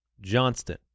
Johnston